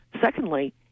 Secondly